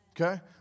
Okay